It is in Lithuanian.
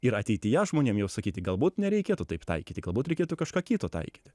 ir ateityje žmonėm jau sakyti galbūt nereikėtų taip taikyti galbūt reikėtų kažką kito taikyti